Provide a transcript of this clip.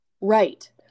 Right